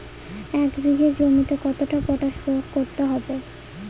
এক বিঘে জমিতে কতটা পটাশ প্রয়োগ করতে হবে?